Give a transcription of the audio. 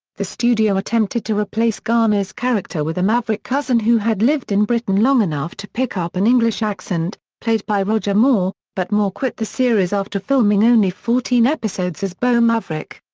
the studio attempted to replace garner's character with a maverick cousin who had lived in britain long enough to pick up an english accent, played by roger moore, but moore quit the series after filming only fourteen episodes as beau maverick.